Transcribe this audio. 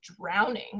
drowning